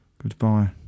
Goodbye